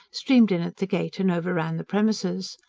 streamed in at the gate and overran the premises.